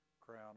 crown